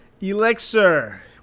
Elixir